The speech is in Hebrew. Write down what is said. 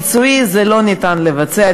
ביצועית זה לא ניתן לביצוע,